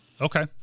Okay